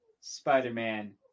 Spider-Man